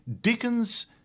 Dickens